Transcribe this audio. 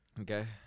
Okay